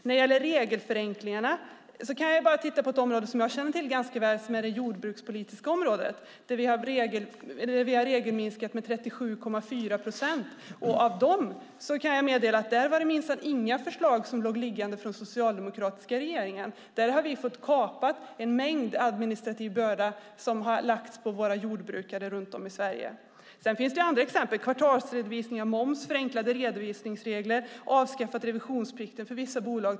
När det gäller regelförenklingarna kan jag bara titta på ett område som jag känner till ganska väl, och det är det jordbrukspolitiska området, där vi har regelförenklat med 37,4 procent. Där kan jag meddela att det minsann inte fanns några förslag liggande från den socialdemokratiska regeringen. Där har vi fått kapa en mängd administrativa bördor som har lagts på våra jordbrukare runt om i Sverige. Sedan finns det andra exempel: kvartalsredovisning av moms, förenklade redovisningsregler och avskaffad revisionsplikt för vissa bolag.